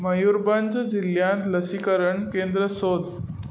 मयुरभंज जिल्ल्यांत लसिकरण केंद्र सोद